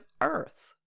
earth